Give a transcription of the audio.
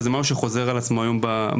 וזה דבר שחוזר על עצמו היום בדיון,